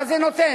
מה זה נותן?